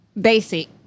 Basic